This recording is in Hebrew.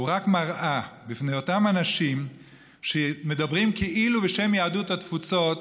הוא רק מראה בפני אותם אנשים שמדברים כאילו בשם יהדות התפוצות,